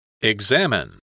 Examine